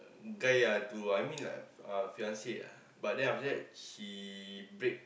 a guy ah to I mean like uh Fiancee ah but then after that she break